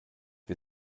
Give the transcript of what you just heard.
wir